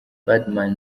birdman